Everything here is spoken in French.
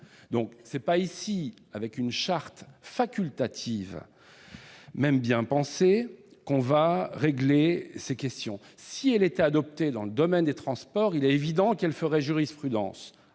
! Ce n'est donc pas avec une charte facultative, même bien pensée, que l'on réglera ces questions. Si elle était adoptée dans le domaine des transports, il est évident qu'elle ferait jurisprudence